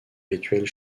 rituels